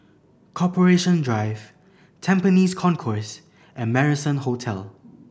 Corporation Drive Tampines Concourse and Marrison Hotel